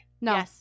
No